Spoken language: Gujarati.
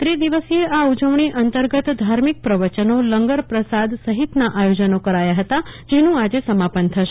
ત્રિદિવસીય આ ઉજવણી અંતર્ગત ધાર્મિક પ્રવચનો લંગર પ્રસાદ સહિતના આયોજનો કરાયા હતા જેનું આજે સમાપન થશે